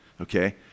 okay